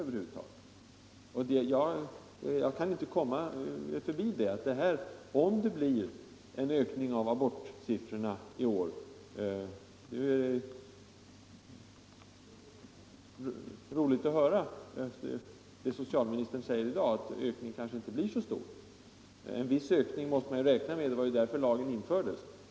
Det var roligt att höra att socialministern i dag sade att den befarade ökningen av abortsiffrorna i år kanske inte blir så stor. En viss ökning måste man räkna med, det var ju därför som denna lag infördes.